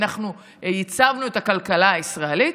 אנחנו ייצבנו את הכלכלה הישראלית,